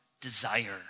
desire